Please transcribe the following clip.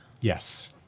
Yes